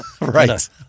right